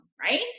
right